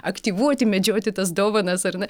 aktyvuoti medžioti tas dovanas ar ne